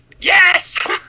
yes